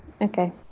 Okay